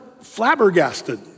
flabbergasted